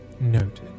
Noted